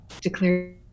declare